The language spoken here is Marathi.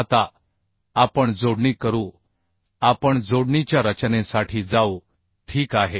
आता आपण जोडणी करू आपण जोडणीच्या रचनेसाठी जाऊ ठीक आहे